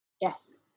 Yes